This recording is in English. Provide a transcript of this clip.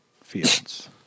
fields